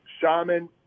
Shaman